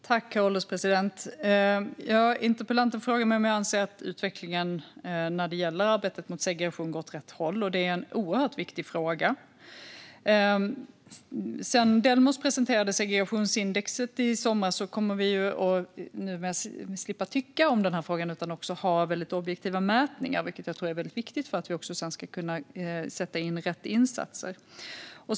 Herr ålderspresident! Interpellanten frågar mig om jag anser att utvecklingen när det gäller arbetet mot segregation går åt rätt håll. Det är en oerhört viktig fråga. Sedan Delmos presenterade segregationsindexet i somras kommer vi nu att slippa tycka om den frågan. I stället har vi objektiva mätningar, vilket jag tror är väldigt viktigt för att vi ska kunna sätta in rätt insatser.